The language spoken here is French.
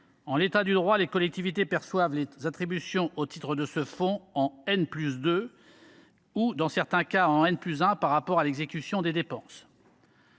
En l’état du droit, les collectivités perçoivent les attributions au titre de ce fonds en ou, dans certains cas, en par rapport à l’exécution des dépenses.